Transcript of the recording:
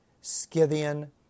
Scythian